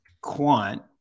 Quant